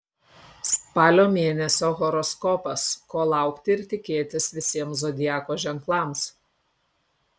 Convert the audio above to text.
spalio mėnesio horoskopas ko laukti ir tikėtis visiems zodiako ženklams